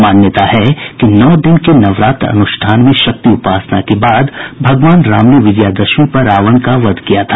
मान्यता है कि नौ दिन के नवरात्र अनुष्ठान में शक्ति उपासना के बाद भगवान राम ने विजयदशमी पर रावण का वध किया था